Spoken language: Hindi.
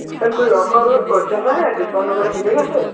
सर कोई ऑफर चल रहा है डिस्काउंट वगैराह मिलेगा सर